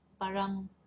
Parang